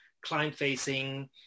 client-facing